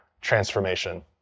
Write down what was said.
transformation